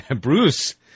Bruce